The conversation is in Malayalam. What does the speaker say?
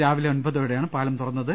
രാവിലെ ഒമ്പതോടെയാണ് പാലം തുറന്നത്